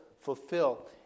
fulfill